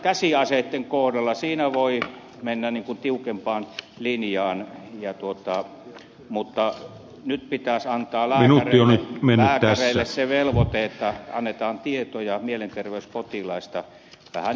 käsiaseitten kohdalla voi mennä tiukempaan linjaan mutta nyt pitäisi antaa lääkäreille se velvoite että annetaan tietoja mielenterveyspotilaista vähän niin kuin ajokortissa